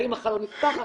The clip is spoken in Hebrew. האם החלון נפתח,